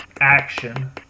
action